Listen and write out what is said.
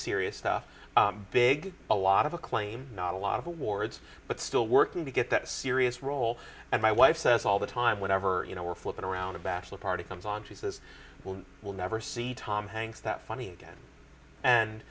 serious stuff big a lot of acclaim not a lot of awards but still working to get that serious role and my wife says all the time whatever you know we're flipping around a bachelor party comes on she says we will never see tom hanks that funny again and